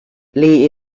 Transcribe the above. lee